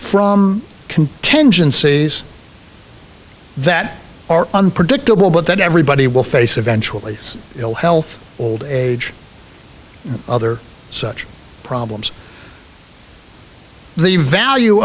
from can tendencies that are unpredictable but that everybody will face eventually ill health old age and other such problems the value